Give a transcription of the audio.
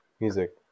music